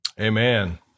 Amen